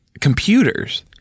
computers